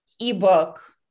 ebook